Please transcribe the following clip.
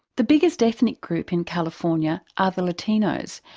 the biggest ethnic group in california are the latinos.